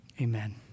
Amen